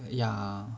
yeah